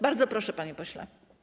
Bardzo proszę, panie pośle